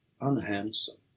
unhandsome